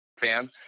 fan